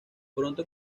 pronto